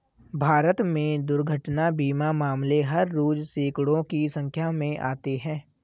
भारत में दुर्घटना बीमा मामले हर रोज़ सैंकडों की संख्या में आते हैं